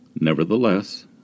Nevertheless